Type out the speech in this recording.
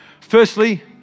Firstly